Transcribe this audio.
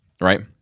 Right